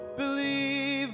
believe